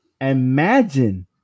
imagine